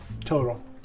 total